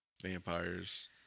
Vampires